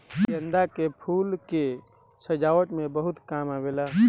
गेंदा के फूल के सजावट में बहुत काम आवेला